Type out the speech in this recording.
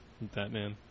Batman